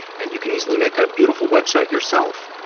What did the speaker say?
and you can easily make a beautiful web site yourself.